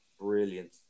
brilliant